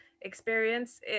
experience